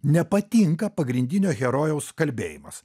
nepatinka pagrindinio herojaus kalbėjimas